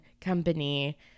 company